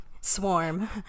swarm